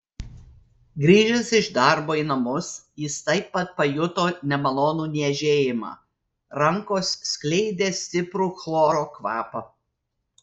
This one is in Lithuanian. grįžęs iš darbo į namus jis taip pat pajuto nemalonų niežėjimą rankos skleidė stiprų chloro kvapą